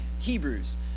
Hebrews